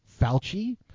Fauci